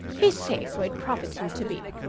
he's safe where it profits him to be.